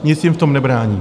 Nic jim v tom nebrání.